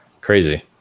Crazy